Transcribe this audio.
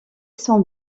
son